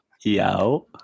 Yo